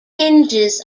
hinges